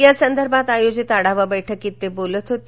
या संदर्भात आयोजित आढावा बैठकीत ते बोलत होते